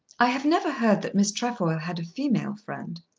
i have never heard that miss trefoil had a female friend.